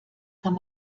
kann